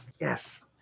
Yes